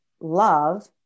love